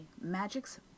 magics